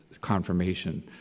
confirmation